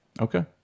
Okay